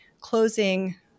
closing